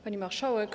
Pani Marszałek!